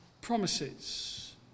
promises